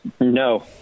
No